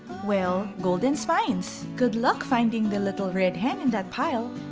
well, golden spines! good luck finding the little red hen in that pile!